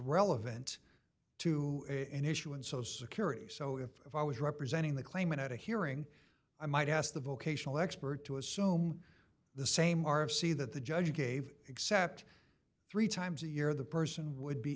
relevant to an issue and so security so if i was representing the claimant at a hearing i might ask the vocational expert to assume the same or of see that the judge gave except three times a year the person would be